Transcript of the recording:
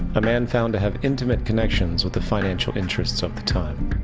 a man found to have intimate connections with the financial interests at the time.